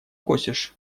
косишь